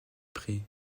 prés